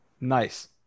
Nice